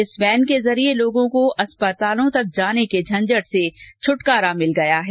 इस वैन के जरिये लोगों को अस्पतालों तक जाने के झंझट से छुटकारा मिल गया है